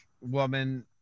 woman